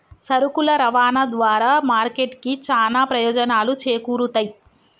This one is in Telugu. సరుకుల రవాణా ద్వారా మార్కెట్ కి చానా ప్రయోజనాలు చేకూరుతయ్